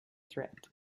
threat